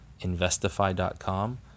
investify.com